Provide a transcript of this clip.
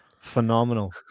Phenomenal